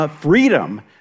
freedom